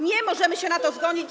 Nie możemy się na to zgodzić.